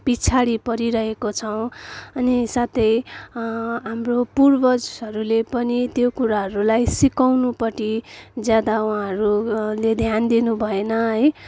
पछाडि परिरहेको छौँ अनि साथै हाम्रो पूर्वजहरूले पनि त्यो कुराहरूलाई सिकाउनपट्टि ज्यादा उहाँहरू ले ध्यान दिनु भएन है